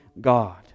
God